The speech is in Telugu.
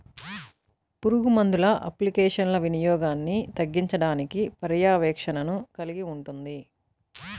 పురుగుమందుల అప్లికేషన్ల వినియోగాన్ని తగ్గించడానికి పర్యవేక్షణను కలిగి ఉంటుంది